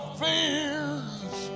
fears